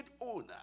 owner